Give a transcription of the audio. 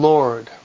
Lord